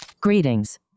Greetings